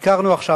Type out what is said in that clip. ביקרנו עכשיו,